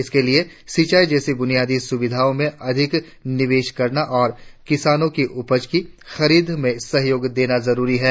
इसके लिए सिंचाई जैसी बुनियादी सुविधाओं में अधिक निवेश करना और किसानों की उपज की खरीद में सहयोग देना जरूरी है